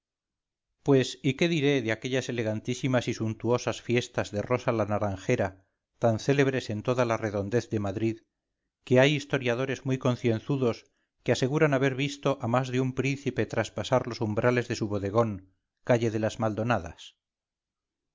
pues y qué diré de aquellas elegantísimas y suntuosas fiestas de rosa la naranjera tan célebres en toda la redondez de madrid que hay historiadores muy concienzudos que aseguran haber visto a más de un príncipe traspasar los umbrales de su bodegón calle de las maldonadas